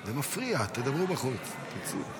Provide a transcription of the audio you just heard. זה מפריע, תדברו בחוץ.